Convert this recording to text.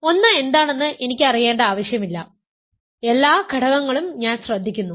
ഒന്ന് എന്താണെന്ന് എനിക്ക് അറിയേണ്ട ആവശ്യമില്ല എല്ലാ ഘടകങ്ങളും ഞാൻ ശ്രദ്ധിക്കുന്നു